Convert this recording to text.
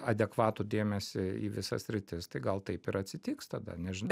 adekvatų dėmesį į visas sritis tai gal taip ir atsitiks tada nežinau